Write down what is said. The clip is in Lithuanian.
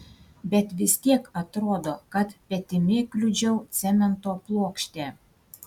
bet vis tiek atrodo kad petimi kliudžiau cemento plokštę